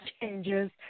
changes